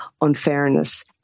unfairness